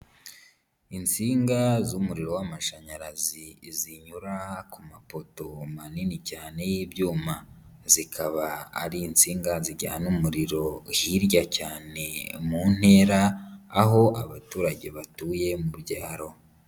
Insinga z'umuriro w'amashanyarazi zinyura ku mapoto manini cyane y'ibyuma, zikaba ari insinga zijyana umuriro hirya cyane mu ntera, aho abaturage batuye mu byaro.